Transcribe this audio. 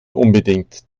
unbedingt